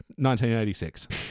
1986